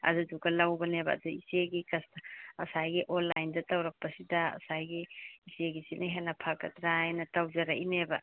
ꯑꯗꯨꯗꯨꯒ ꯂꯧꯕꯅꯦꯕ ꯑꯗ ꯏꯆꯦꯒꯤ ꯉꯁꯥꯏꯒꯤ ꯑꯣꯟꯂꯥꯏꯟꯗ ꯇꯧꯔꯛꯄꯁꯤꯗ ꯉꯁꯥꯏꯒꯤ ꯏꯆꯦꯒꯤꯁꯤꯅ ꯍꯦꯟꯅ ꯐꯒꯗ꯭ꯔꯥ ꯍꯥꯏꯅ ꯇꯧꯖꯔꯛꯂꯤꯅꯦꯕ